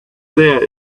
there